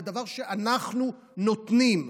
זה דבר שאנחנו נותנים.